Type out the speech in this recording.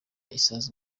isazi